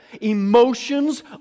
emotions